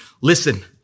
Listen